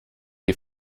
die